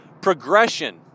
progression